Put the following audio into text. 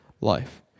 life